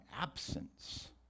absence